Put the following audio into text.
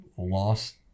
lost